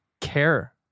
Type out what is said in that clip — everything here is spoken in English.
care